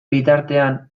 bitartean